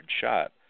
shot